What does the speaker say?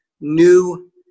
new